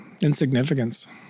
insignificance